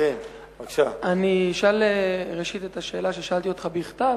אני אשאל ראשית את השאלה ששאלתי אותך בכתב,